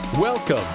Welcome